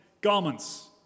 garments